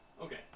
Okay